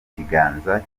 ikiganza